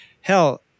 hell